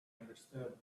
understood